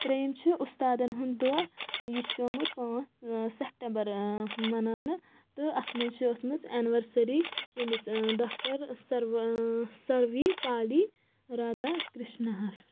ترٛیٚیُم چھُ اُستادن ہُنٛد دۄہ یہِ چھُ آمُت پانٛژھ ستمبر مناونہٕ تہٕ اَتھ منٛز چھ ٲسۍ مٕژ اینٛورسری ییٚمِس ڈاکٹر سروا سروی بَالی رادھا کرشناہس